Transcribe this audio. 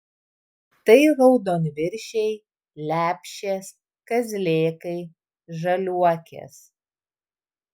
tai raudonviršiai lepšės kazlėkai žaliuokės